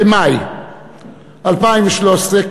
במאי 2012,